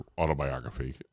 autobiography